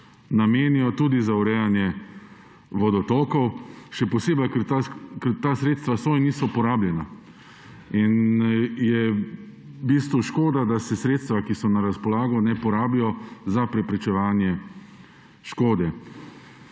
namenijo tudi za urejanje vodotokov. Še posebej, ker so ta sredstva na voljo in niso porabljena in je škoda, da se sredstva, ki so na razpolago, ne porabijo za preprečevanje škode.